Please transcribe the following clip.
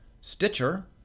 stitcher